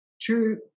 true